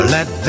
Let